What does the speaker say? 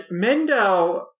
Mendo